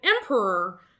Emperor